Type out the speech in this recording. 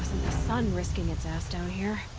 sun risking its ass down here.